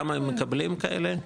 כמה הם מקבלים כאלה?